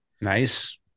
nice